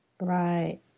right